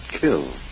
kill